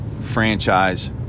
franchise